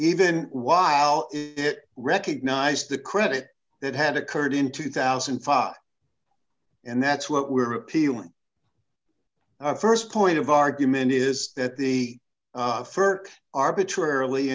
even while it recognized the credit that had occurred in two thousand and five and that's what we're appealing first point of argument is that the firk arbitrarily